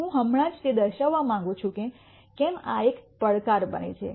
હું હમણાં જ તે દર્શાવવા માંગું છું કે કેમ આ એક પડકાર બને છે